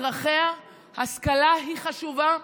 זו דרך של מדינה לומר לאזרחיה: השכלה היא חשובה,